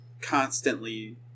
constantly